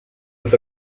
with